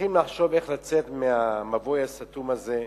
צריכים לחשוב איך לצאת מהמבוי הסתום הזה,